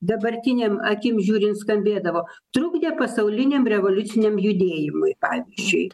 dabartinėm akim žiūrint skambėdavo trukdė pasauliniam revoliuciniam judėjimui pavyzdžiui